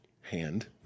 hand